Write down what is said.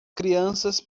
crianças